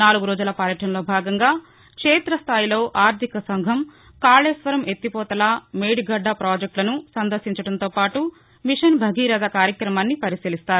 నాలుగు రోజుల పర్యటనలో భాగంగా క్షేత స్థాయిలో ఆర్ధిక సంఘం కాళేశ్వరం ఎత్తిపోతల మేడిగడ్డ ప్రాజెక్ట్లను సందర్భించటంతో పాటూ మిషన్ భగీరథ కార్యక్రమాన్ని పరిశీలిస్తారు